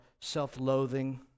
self-loathing